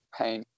pain